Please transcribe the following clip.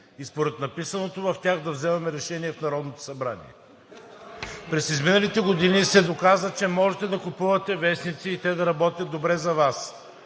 и според написаното в тях да вземаме решения в Народното събрание. (Смях, шум и реплики.) През изминалите години се доказа, че можете да купувате вестници и те да работят добре за Вас.